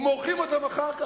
ומורחים אותם אחר כך.